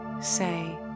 say